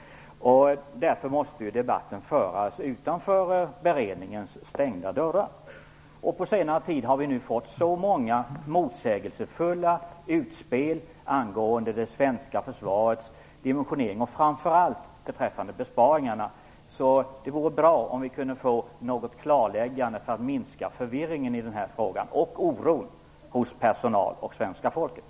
Därför måste debatten föras utanför beredningens stängda dörrar. På senare tid har vi nu fått så många motsägelsefulla utspel angående det svenska försvarets dimensionering, framför allt beträffande besparingarna, att det vore bra om vi kunde få ett klarläggande, för att minska förvirringen i frågan och oron hos personal och svenska folket.